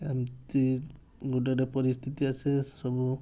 ଏମିତି ଗୋଟେ ଗୋଟେ ପରିସ୍ଥିତି ଆସେ ସବୁ